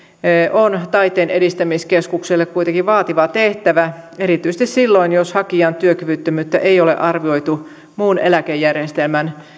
on taiteen edistämiskeskukselle kuitenkin vaativa tehtävä erityisesti silloin jos hakijan työkyvyttömyyttä ei ole arvioitu muun eläkejärjestelmän